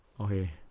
Okay